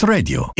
Radio